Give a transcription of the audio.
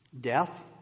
Death